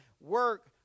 work